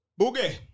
Boogie